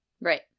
Right